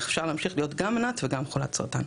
איך אפשר להמשיך להיות גם ענת וגם חולת סרטן.